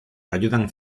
ayudan